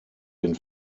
den